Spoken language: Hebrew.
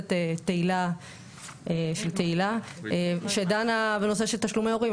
הכנסת תהילה שדנה בנושא של תשלומי הורים,